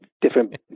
different